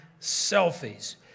Selfies